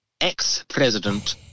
ex-president